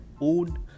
own